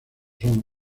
son